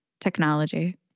technology